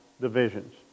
divisions